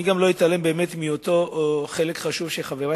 אני גם לא אתעלם מאותו חלק חשוב שחברי